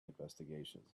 investigations